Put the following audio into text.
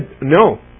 no